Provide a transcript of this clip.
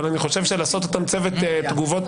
אבל אני חושב שלעשות אותם צוות תגובות